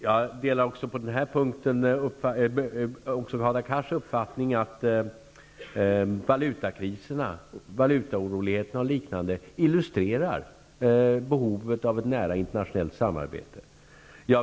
Jag delar även Hadar Cars uppfattning att valutakriserna och valutaoroligheterna illustrerar behovet av ett nära internationellt samarbete.